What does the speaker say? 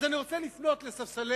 אז אני רוצה לפנות לספסלי,